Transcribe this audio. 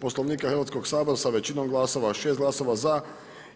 Poslovnika Hrvatskog sabora sa većinom glasova, 6 glasova za,